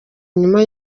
inyuma